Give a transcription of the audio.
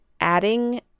adding